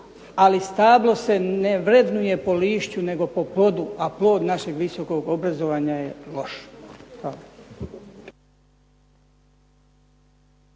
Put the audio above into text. ali stablo se ne vrednuje po lišću nego po plodu, a plod našeg visokog obrazovanja je loš.